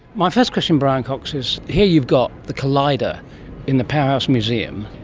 my first question, brian cox, is here you've got the collider in the powerhouse museum,